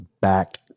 back